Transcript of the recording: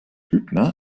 hübner